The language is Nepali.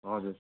हजुर